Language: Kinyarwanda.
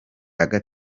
ushobore